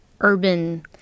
urban